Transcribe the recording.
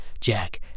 Jack